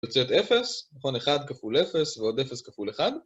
יוצאת 0, נכון? 1 כפול 0 ועוד 0 כפול 1